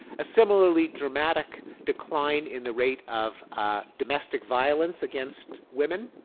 a similarly dramatic decline in the rate of domestic violence against women.